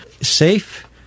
safe